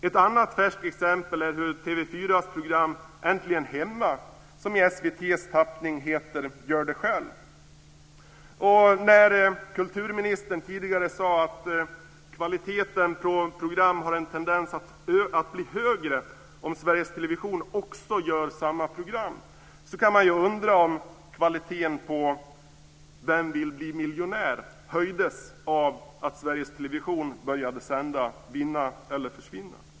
Ett annat färskt exempel är När kulturministern tidigare sade att kvaliteten på program har en tendens att bli högre om Sveriges Television också gör samma program kan man ju undra om kvaliteten på Vem vill bli miljonär? höjdes av att Sveriges Television började sända Vinna eller försvinna.